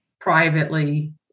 privately